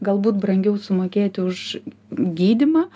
galbūt brangiau sumokėti už gydymą